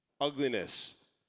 ugliness